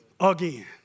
Again